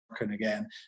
again